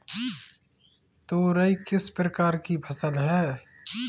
तोरई किस प्रकार की फसल है?